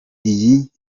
iyi